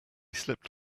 slipped